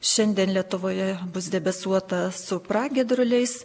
šiandien lietuvoje bus debesuota su pragiedruliais